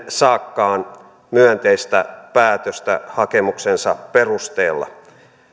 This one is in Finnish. saakaan myönteistä päätöstä hakemuksensa perusteella